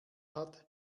hat